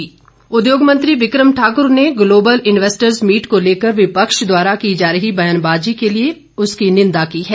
बिक्रम सिंह उद्योग मंत्री बिक्रम ठाकुर ने ग्लोबल इन्वेस्टर्स मीट को लेकर विपक्ष द्वारा की जा रही बयानबाजी के लिए उसकी निंदा की है